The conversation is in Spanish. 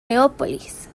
leópolis